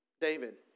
David